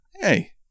Hey